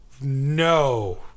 no